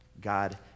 God